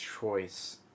choice